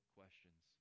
questions